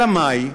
אלא מאי?